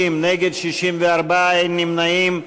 נגד, 64, אין נמנעים.